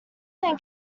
they